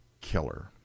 killer